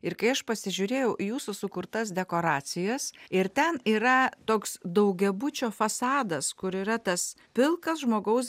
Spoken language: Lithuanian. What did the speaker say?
ir kai aš pasižiūrėjau jūsų sukurtas dekoracijas ir ten yra toks daugiabučio fasadas kur yra tas pilkas žmogaus